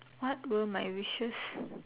what were my wishes